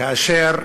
כאשר